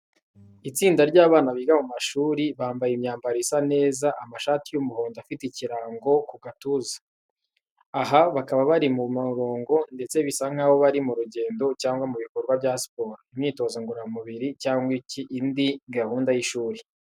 Itsinda ry’abana biga mu mashuri, bambaye imyambaro isa neza, amashati y’umuhondo afite ikirango ku gatuza. Aha bakaba bari mu murongo ndetse bisa nkaho bari mu rugendo cyangwa mu bikorwa bya siporo, imyitozo ngororamubiri cyangwa indi gahunda y’ishuri.